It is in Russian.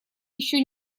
еще